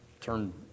turn